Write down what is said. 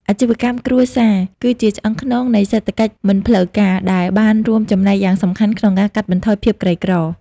អាជីវកម្មគ្រួសារ គឺជាឆ្អឹងខ្នងនៃសេដ្ឋកិច្ចមិនផ្លូវការ ដែលបានរួមចំណែកយ៉ាងសំខាន់ក្នុងការកាត់បន្ថយភាពក្រីក្រ។